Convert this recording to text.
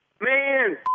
Man